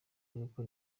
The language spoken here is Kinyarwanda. y’uko